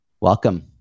Welcome